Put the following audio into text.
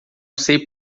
sei